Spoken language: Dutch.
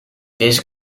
deze